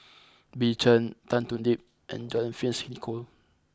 Bill Chen Tan Thoon Lip and John Fearns Nicoll